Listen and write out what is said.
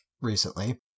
recently